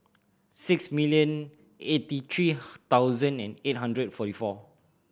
six million eighty three thousand eight hundred and forty four